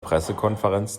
pressekonferenz